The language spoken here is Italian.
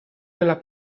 nella